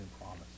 promise